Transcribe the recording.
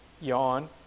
yawn